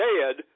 dead